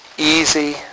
easy